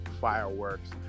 fireworks